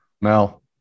Mel